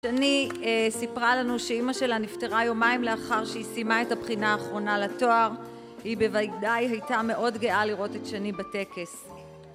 שני סיפרה לנו שאימא שלה נפטרה יומיים לאחר שהיא סיימה את הבחינה האחרונה לתואר היא בוודאי הייתה מאוד גאה לראות את שני בטקס.